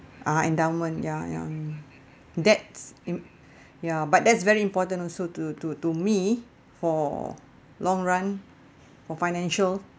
uh endowment ya ya mm that's mm ya but that's very important also to to to me for long run for financial